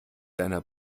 deiner